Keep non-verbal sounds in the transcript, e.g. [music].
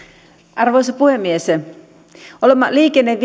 arvoisa puhemies olemme liikenne ja [unintelligible]